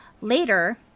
Later